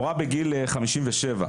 מורה בגיל 57,